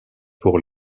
pour